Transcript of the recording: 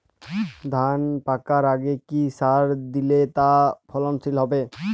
ধান পাকার আগে কি সার দিলে তা ফলনশীল হবে?